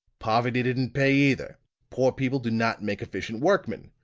poverty didn't pay, either poor people do not make efficient workmen.